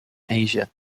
asia